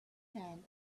hand